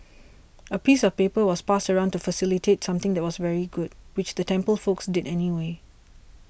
a piece of paper was passed around to facilitate something that was very good which the temple folks did anyway